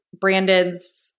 Brandon's